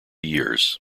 years